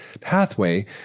pathway